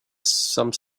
some